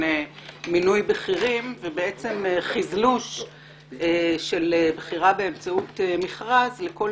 מינוי בכירים וחזלוש של בחירה באמצעות מכרז לכל